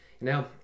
Now